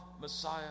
Messiah